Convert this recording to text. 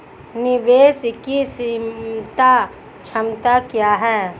निवेश की सीमांत क्षमता क्या है?